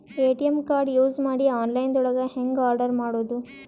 ATM card use ಮಾಡಿ online ದೊಳಗೆ ಹೆಂಗ್ ಆರ್ಡರ್ ಮಾಡುದು?